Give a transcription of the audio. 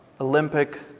Olympic